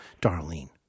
Darlene